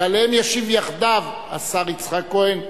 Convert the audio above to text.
שעליהן ישיב יחדיו השר יצחק כהן,